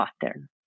pattern